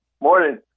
Morning